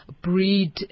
breed